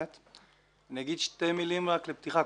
אני אגיד שתי מילים רק לפתיחה.